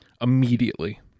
Immediately